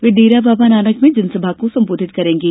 वे डेरा बाबा नानक में जनसभा को संबोधित करेंगे